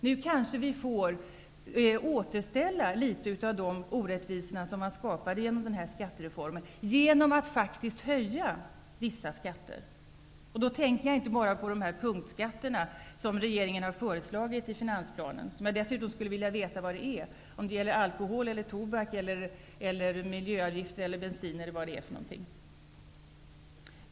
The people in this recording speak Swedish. Nu kanske vi får återställa litet av de orättvisor som man skapade med skattereformen genom att faktiskt höja vissa skatter. Då tänker jag inte bara på de punktskatter som regeringen har föreslagit i finansplanen. Där skulle jag dessutom gärna vilja veta vad det är för skatter, om det gäller alkohol, tobak, miljöavgifter eller bensin.